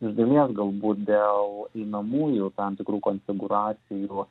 iš dalies galbūt dėl einamųjų tam tikrų konfigūracijų